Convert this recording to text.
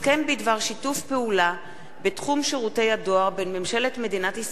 הסכם בדבר שיתוף פעולה בתחום שירותי הדואר בין